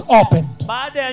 opened